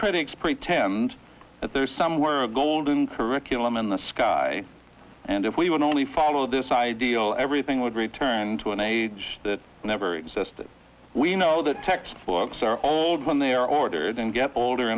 critics pretend that there is somewhere a golden curriculum in the sky and if we would only follow this ideal everything would return to an age that never existed we know that textbooks are all when they are ordered and get older